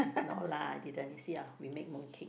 not lah didn't you see ah we make mooncake